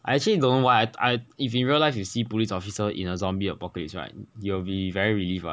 I actually don't know why I I if you realize you see police officer in a zombie apocalypse right you will be very relieved